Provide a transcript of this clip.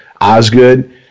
Osgood